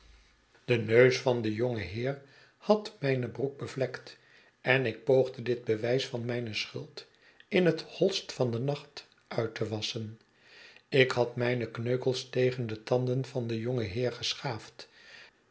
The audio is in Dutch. de neus van den jongen heer had mijne broek bevlekt en ik poogde dit bewijs van mijne schuld in het holste van den nacht uit te wasschen ik had mijne kneukels tegen de tanden van den jongen heer geschaafd